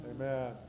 Amen